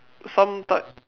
some type